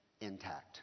intact